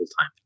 time